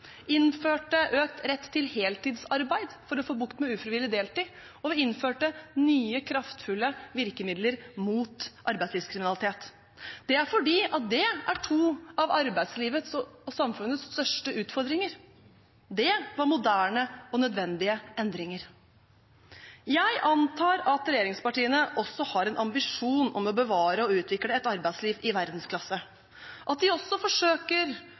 innførte økt rett til heltidsarbeid, for å få bukt med ufrivillig deltid. Og vi innførte nye, kraftfulle virkemidler mot arbeidslivskriminalitet. Det er fordi det er to av arbeidslivets og samfunnets største utfordringer. Det var moderne og nødvendige endringer. Jeg antar at regjeringspartiene også har en ambisjon om å bevare og utvikle et arbeidsliv i verdensklasse, og at de også forsøker